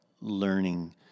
learning